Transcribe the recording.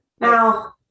Now